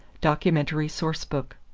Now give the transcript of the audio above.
documentary source book,